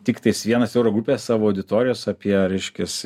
tiktais vienas euro grupės savo auditorijos apie reiškiasi